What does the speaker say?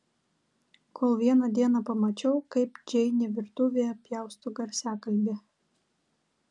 kol vieną dieną pamačiau kaip džeinė virtuvėje pjausto garsiakalbį